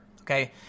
okay